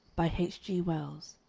by h. g. wells